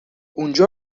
اونجا